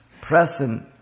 present